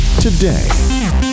today